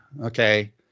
okay